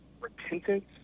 repentance